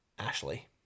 Ashley